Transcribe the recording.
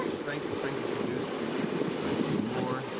strength. its strength is reduced by two more.